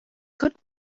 good